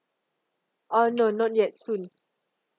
uh no not yet soon